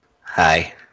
hi